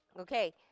Okay